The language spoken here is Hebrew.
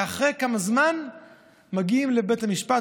ואחרי כמה זמן מגיעים לבית המשפט,